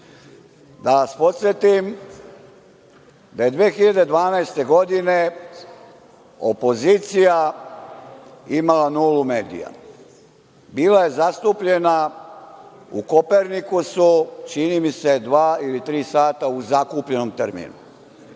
vas podsetim da je 2012. godine opozicija imala nulu medija, bila je zastupljena u „Kopernikusu“ čini mi se dva ili tri sata u zakupljenom terminu